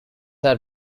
are